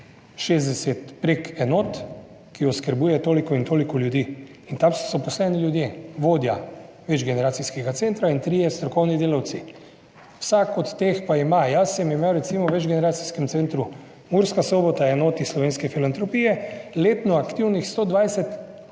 60 prek enot, ki oskrbuje toliko in toliko ljudi in tam so zaposleni ljudje: vodja več generacijskega centra in trije strokovni delavci. Jaz sem imel recimo v več generacijskem centru Murska Sobota, enoti Slovenske filantropije letno aktivnih 120 aktivnih